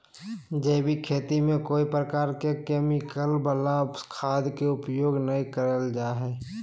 जैविक खेती में कोय प्रकार के केमिकल वला खाद के उपयोग नै करल जा हई